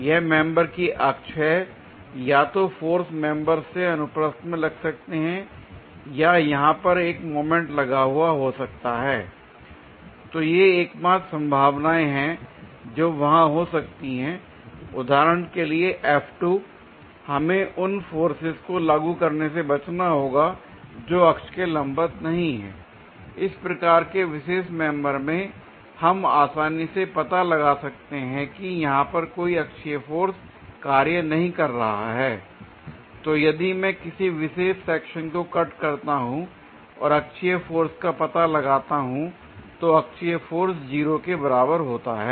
यह मेंबर की अक्ष हैया तो फोर्स मेंबर्स से अनुप्रस्थ में लग सकते हैं या यहां पर एक मोमेंट लगा हुआ हो सकता हैl तो ये एकमात्र संभावनाएं हैं जो वहां हो सकती हैं उदाहरण के लिए l हमें उन फोर्सेज को लागू करने से बचना होगा जो अक्ष के लंबवत नहीं हैं l इस प्रकार के विशेष मेंबर में हम आसानी से पता लगा सकते हैं कि यहां पर कोई अक्षीय फोर्स कार्य नहीं कर रहा है l तो यदि मैं किसी विशेष सेक्शन को कट करता हूं और अक्षीय फोर्स का पता लगाता हूं तो अक्षीय फोर्स 0 के बराबर होता है